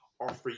offer